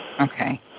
Okay